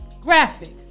graphic